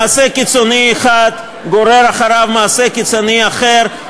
מעשה קיצוני אחד גורר אחריו מעשה קיצוני אחר,